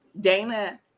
Dana